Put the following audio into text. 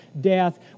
death